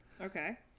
Okay